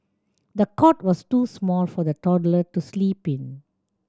the cot was too small for the toddler to sleep in